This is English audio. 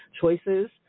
choices